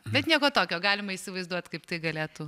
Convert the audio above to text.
bet nieko tokio galima įsivaizduot kaip tai galėtų